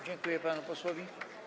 Dziękuję panu posłowi.